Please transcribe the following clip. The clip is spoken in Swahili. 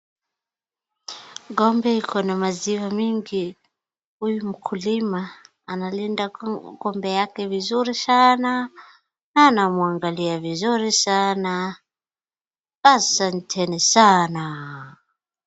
Ng'ombe iko na maziwa mingi. Huyu mkulima analinda ng'ombe yake vizuri sana na anamwangalia vizuri sana. Asanteni sana.